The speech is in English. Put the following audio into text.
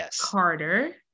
Carter